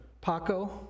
Paco